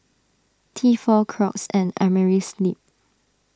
Tefal Crocs and Amerisleep